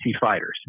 fighters